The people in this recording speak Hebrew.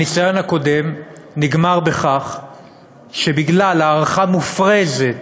הניסיון הקודם נגמר בכך שבגלל הערכה מופרזת